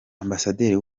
ambasaderi